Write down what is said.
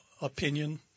opinion